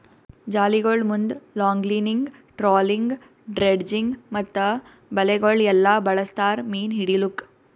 ಜಾಲಿಗೊಳ್ ಮುಂದ್ longlining, trolling, dredging ಮತ್ತ ಬಲೆಗೊಳ್ ಎಲ್ಲಾ ಬಳಸ್ತಾರ್ ಮೀನು ಹಿಡಿಲುಕ್